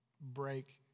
break